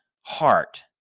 heart